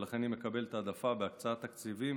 ולכן היא מקבלת העדפה בהקצאת תקציבים